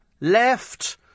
left